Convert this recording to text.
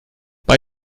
bei